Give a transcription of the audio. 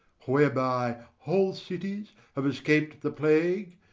whereby whole cities have escap'd the plague,